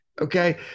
Okay